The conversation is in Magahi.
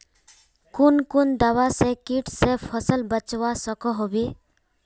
कुन कुन दवा से किट से फसल बचवा सकोहो होबे?